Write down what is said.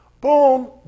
Boom